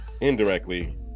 indirectly